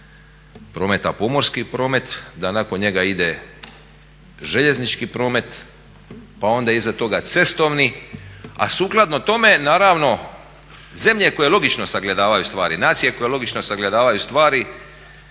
prometa pomorski promet, da nakon njega ide željeznički promet, pa onda iza toga cestovni. A sukladno tome naravno zemlje koje logično sagledavaju stvari, nacije koje logično sagledavaju stvari